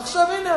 עכשיו הנה,